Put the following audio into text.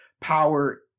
power